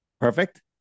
Perfect